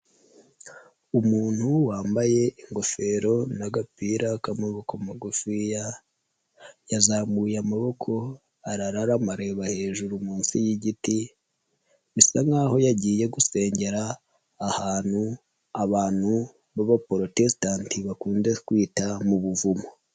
Umuntu wambaye ingofero n'agapira k'amaboko magufiya, yazamuye amaboko arararama areba hejuru munsi y'igiti, bisa nk'aho yagiye gusengera ahantu abantu b'Abaporotesitanti bakunze kwita mu buvumo.